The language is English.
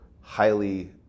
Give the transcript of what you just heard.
highly